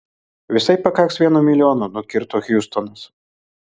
visai pakaks vieno milijono nukirto hiustonas